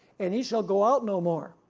and he shall go out no more.